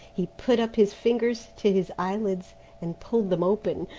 he put up his fingers to his eyelids and pulled them open.